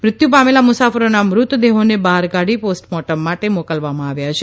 મૃત્યુ પામેલા મુસાફરોના મૃતદેહોને બહાર કાઢી પોસ્ટ મોર્ટમ માટે મોકલવામાં આવ્યા છે